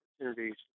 opportunities